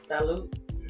Salute